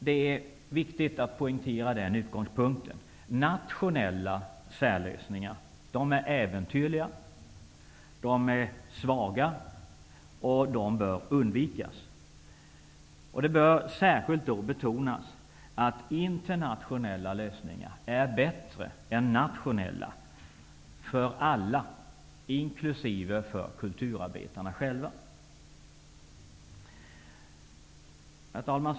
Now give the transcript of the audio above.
Det är viktigt att poängtera den utgångspunkten. Nationella särlösningar är äventyrliga. De är svaga och de bör undvikas. Det bör särskilt betonas att internationella lösningar är bättre än nationella för alla, inkl. för kulturarbetarna själva. Herr talman!